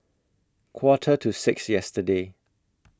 Quarter to six yesterday